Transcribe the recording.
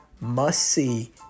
must-see